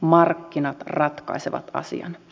markkinat ratkaisevat asian